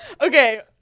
Okay